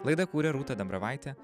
laidą kūrė rūta dambravaitė